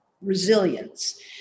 resilience